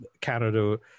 Canada